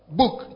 book